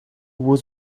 was